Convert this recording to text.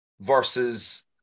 versus